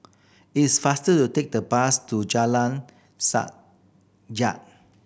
it is faster to take the bus to Jalan Sajak